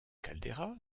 caldeira